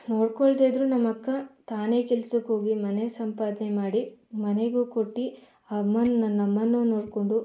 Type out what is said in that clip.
ನೋಡ್ಕೊಳ್ಳದೇಯಿದ್ರು ನಮ್ಮಕ್ಕ ತಾನೇ ಕೆಲಸಕ್ಕೋಗಿ ಮನೆ ಸಂಪಾದನೆ ಮಾಡಿ ಮನೆಗೂ ಕೊಟ್ಟು ಅಮ್ಮನ್ನ ನಮ್ಮನ್ನು ನೋಡಿಕೊಂಡು